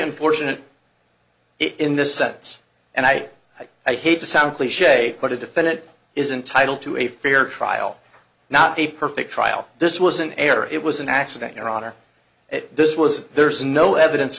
unfortunate in this sense and i think i hate to sound cliche but a defendant is entitled to a fair trial not a perfect trial this was an error it was an accident your honor this was there's no evidence